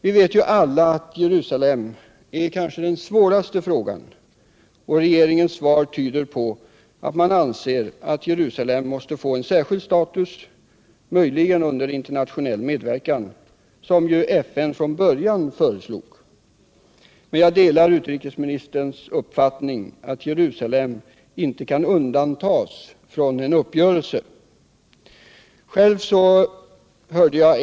Vi vet alla att Jerusalem är den kanske svåraste frågan, och regeringens svar tyder på att man anser att Jerusalem måste få en särskild status — möjligen under internationell medverkan, som FN från början föreslog. Men jag delar utrikesminister Söders uppfattning att Jerusalem inte kan undantas från en uppgörelse.